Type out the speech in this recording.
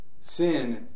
sin